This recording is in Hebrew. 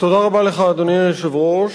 אדוני היושב-ראש,